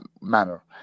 manner